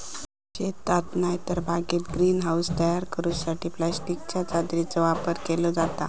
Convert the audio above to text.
शेतात नायतर बागेत ग्रीन हाऊस तयार करूसाठी प्लास्टिकच्या चादरीचो वापर केलो जाता